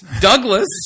douglas